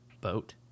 boat